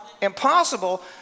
impossible